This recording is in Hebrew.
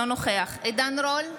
עידן רול,